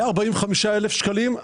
היה 45,000 שקלים,